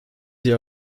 sie